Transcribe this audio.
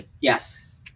Yes